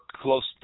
close